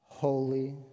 Holy